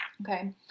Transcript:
okay